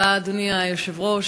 אדוני היושב-ראש,